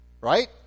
right